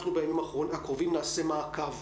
אנחנו בימים הקרובים נעשה מעקב.